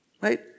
Right